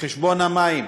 חשבון המים.